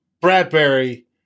Bradbury